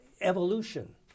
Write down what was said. evolution